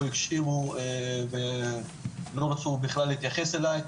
לא הקשיבו ולא רצו בכלל להתייחס אלי,